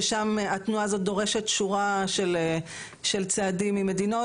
שם התנועה הזאת דורשת תנועה של צעדים ממדינות,